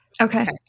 Okay